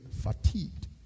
fatigued